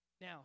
Now